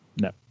No